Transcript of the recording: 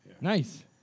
Nice